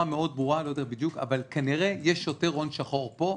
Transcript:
מאוד ברורה אבל כנראה יש יותר הון שחור פה,